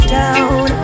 down